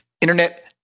internet